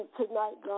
tonight